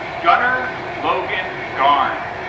gunner logan garn